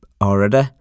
already